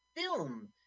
Film